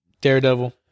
Daredevil